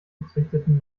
gezüchteten